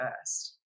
first